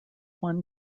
one